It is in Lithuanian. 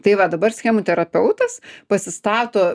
tai va dabar schemų terapeutas pasistato